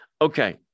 Okay